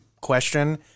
question